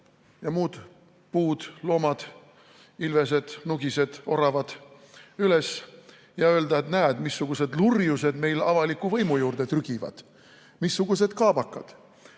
ja muud puud, loomad – Ilvesed, Nugised, Oravad – üles ja öelda, et näed, missugused lurjused meil avaliku võimu juurde trügivad. Missugused kaabakad!